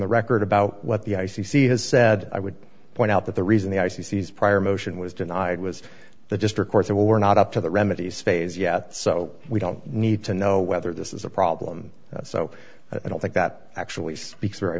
the record about what the i c c has said i would point out that the reason the i c c has prior motion was denied was the district court they were not up to the remedies phase yet so we don't need to know whether this is a problem so i don't think that actually speaks very